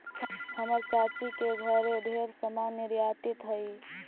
हमर चाची के घरे ढेर समान निर्यातित हई